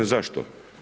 Zašto?